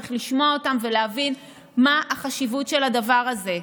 צריך לשמוע אותן ולהבין מה החשיבות של הדבר הזה.